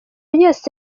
yose